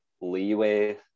leeway